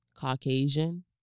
Caucasian